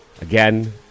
Again